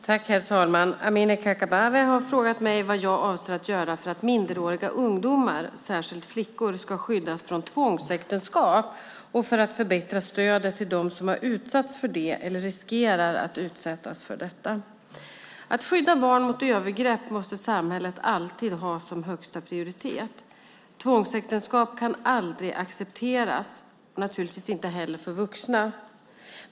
Herr talman! Amineh Kakabaveh har frågat mig vad jag avser att göra för att minderåriga ungdomar, särskilt flickor, ska skyddas från tvångsäktenskap och för att förbättra stödet till dem som har utsatts för det eller riskerar att utsättas för det. Att skydda barn mot övergrepp måste samhället alltid ha som högsta prioritet. Tvångsäktenskap kan aldrig accepteras, naturligtvis inte heller för vuxna.